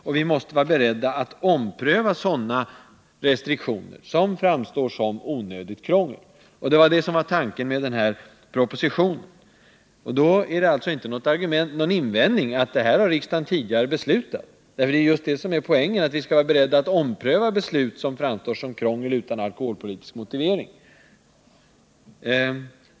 Vi måste också vara beredda att ompröva sådana restriktioner som framstår som onödigt krångel. Det var tanken med den här propositionen. Det är då alltså inte någon invändning att säga att riksdagen tidigare har beslutat om detta. Det är just det som är poängen, att vi skall vara beredda att ompröva beslut som framstår som krångel och som inte har någon alkoholpolitisk motivering.